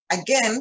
Again